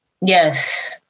Yes